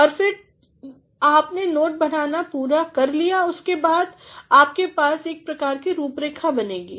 और फिर आपने नोट बनाना पूरा कर लिया उसके बाद आपको एक प्रकार कीरूपरेखाबनानी है